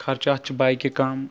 خرچات چھِ بایکہِ کَم